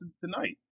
tonight